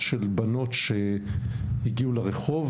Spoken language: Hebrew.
של בנות מהציבור החרדי שהגיעו לרחוב,